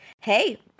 hey